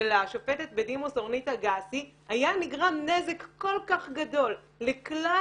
השופטת בדימוס אורנית אגסי היה נגרם נזק כל כך גדול לכלל